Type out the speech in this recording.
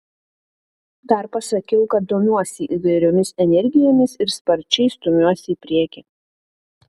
dar pasakiau kad domiuosi įvairiomis energijomis ir sparčiai stumiuosi į priekį